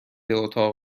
اتاق